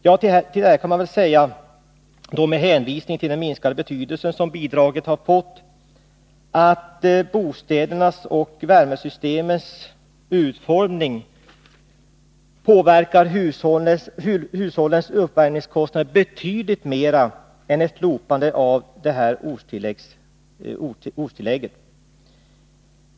Till detta kan väl sägas — med hänvisning till den minskade betydelse som bidraget fått — att bostädernas och värmesystemens utformning påverkar hushållens uppvärmningskostnader betydligt mer än ett slopande av ortstilläggsreduceringen.